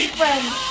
friends